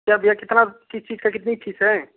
क्या भैया कितना किस चीज की कितनी फीस है